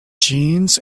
jeans